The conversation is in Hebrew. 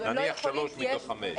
נניח שלוש מתוך חמש.